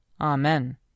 Amen